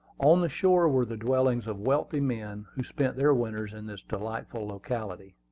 on the shore were the dwellings of wealthy men who spent their winters in this delightful locality.